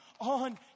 on